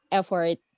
effort